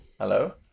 Hello